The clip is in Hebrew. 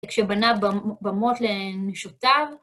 כשבנה במות לנשותיו.